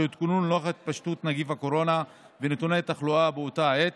שהותקנו נוכח התפשטות נגיף הקורונה ונתוני התחלואה באותה העת